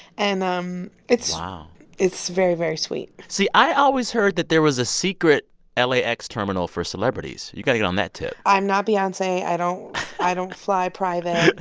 and it's. wow it's very, very sweet see, i always heard that there was a secret ah lax terminal for celebrities. you got to get on that tip i'm not beyonce, i don't i don't fly private